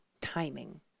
timing